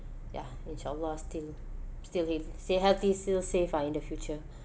ya inshallah still still hea~ still healthy still safe ah in the future